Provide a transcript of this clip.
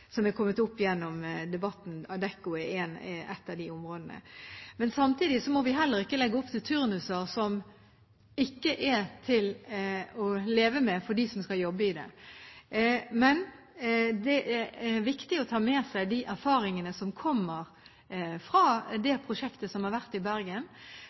som har kommet opp i debatten – Adecco er ett eksempel. Samtidig må vi heller ikke legge opp til turnuser som ikke er til å leve med for dem som skal jobbe i dem. Men det er viktig å ta med seg de erfaringene som kommer fra det prosjektet som har vært i Bergen.